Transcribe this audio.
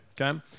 okay